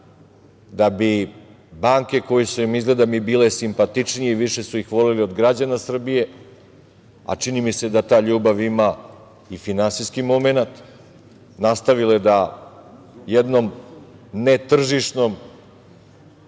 da bi banke koje su im izgleda bile simpatičnije i više su ih voleli od građana Srbije, a čini mi se da ta ljubav ima i finansijski momenat nastavile da jednom netržišnom